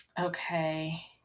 Okay